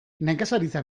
nekazaritza